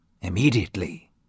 immediately